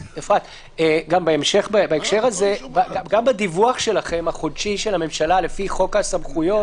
גם בדיווח שלכם החודשי של הממשלה לפי חוק הסמכויות,